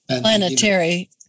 Planetary